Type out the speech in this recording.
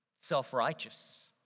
self-righteous